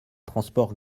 transport